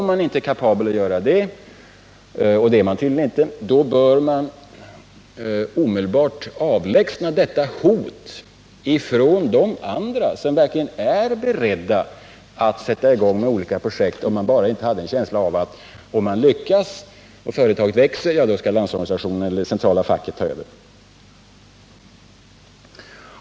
Om man inte är kapabel att göra det —-och det är man tydligen inte — då bör man omedelbart avlägsna detta hot ifrån de andra som verkligen är beredda att sätta i gång med olika projekt, om de bara inte hade denna känsla; lyckas man och företaget växer skall Landsorganisationen eller det centrala facket ta över.